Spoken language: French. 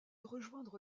rejoindre